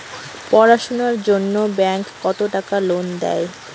পড়াশুনার জন্যে ব্যাংক কত টাকা লোন দেয়?